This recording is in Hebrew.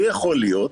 ויכול להיות,